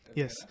yes